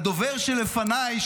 הדובר שלפניי,